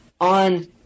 on